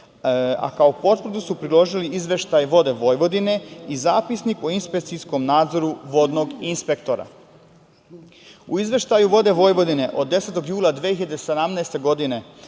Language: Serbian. a kao potvrdu su priložili izveštaj „Voda Vojvodine“, i zapisnik o inspekcijskom nadzoru vodnog inspektora. U izveštaju „Voda Vojvodine“ od 10. jula 2017. godine,